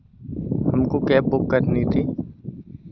हमको cab book करनी थी